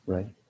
Right